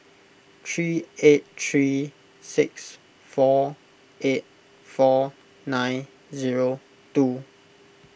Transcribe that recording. three eight three six four eight four nine zero two